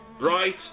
Right